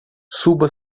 suba